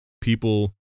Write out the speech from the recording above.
people